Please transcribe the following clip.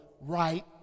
right